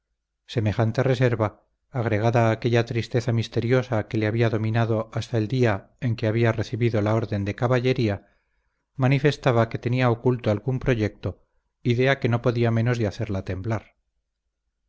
semejante reserva agregada a aquella tristeza misteriosa que le había dominado hasta el día en que había recibido la orden de caballería manifestaba que tenía oculto algún proyecto idea que no podía menos de hacerla temblar